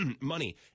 money